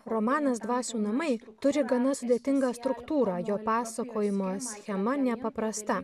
romanas dvasių namai turi gana sudėtingą struktūrą jo pasakojimo schema nepaprasta